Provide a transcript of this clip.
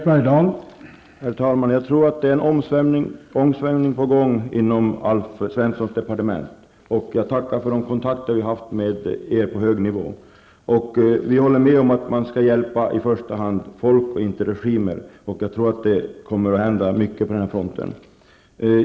Herr talman! Jag tror att det är en omsvängning på gång inom Alf Svenssons departement. Jag tackar för de kontakter vi haft med er på hög nivå. Vi håller med om att man skall hjälpa i första hand folk och inte regimer. Jag tror att det kommer att hända mycket på den fronten.